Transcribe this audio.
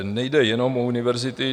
Nejde jenom o univerzity.